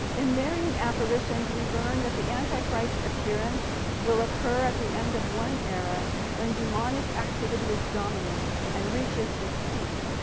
in marian apparitions we learn that the antichrist's appearance will occur at the end of one era when demonic activity is dominant and reaches its peak,